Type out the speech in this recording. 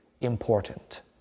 important